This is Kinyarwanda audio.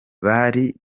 bari